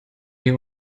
mir